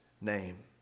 name